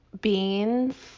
beans